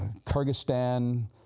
Kyrgyzstan